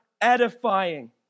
edifying